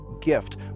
gift